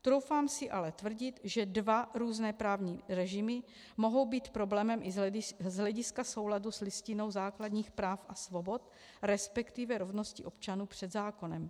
Troufám si ale tvrdit, že dva různé právní režimy mohou být problémem i z hlediska souladu s Listinou základních práv a svobod, resp. rovnosti občanů před zákonem.